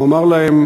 הוא אמר להם